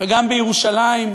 גם בירושלים,